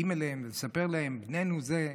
הם באים אליהם לספר להם: "בננו זה,